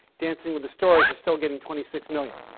dancing with the stars is still getting twenty six million.